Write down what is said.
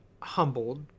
humbled